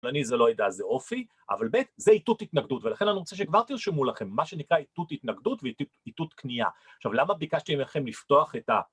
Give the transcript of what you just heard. ואני זה לא יודע איזה אופי, אבל ב'- זה איתות התנגדות, ולכן אני רוצה שכבר תרשמו לכם מה שנקרא איתות התנגדות ואיתות כניעה. עכשיו למה ביקשתי ממכם לפתוח את ה...